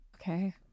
Okay